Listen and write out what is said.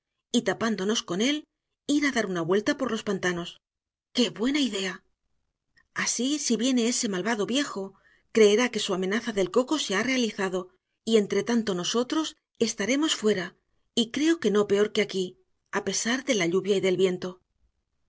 y tapándonos con él ir a dar una vuelta por los pantanos qué buena idea así si viene ese malvado viejo creerá que su amenaza del coco se ha realizado y entre tanto nosotros estaremos fuera y creo que no peor que aquí a pesar de la lluvia y del viento